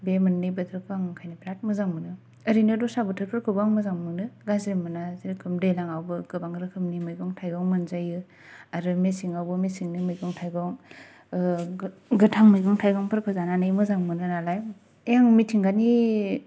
बे मोननै बोथोरखौ आं ओंखायनो बेराथ मोजां मोनो ओरैनो दस्रा बोथोरफोरखोबो आं मोजां मोनो गाज्रि मोना जेर'खम दैलांयाबो गोबां रोखोमनि मैगं थायगं मोनजायो आरो मेसेंआवबो मेसेंनि मैगं थायगं गोथां मैगं थायगंफोरखौ जानानै मोजां मोनो नालाय दे आं मिथिंगानि